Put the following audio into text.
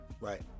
Right